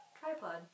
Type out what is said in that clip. Tripod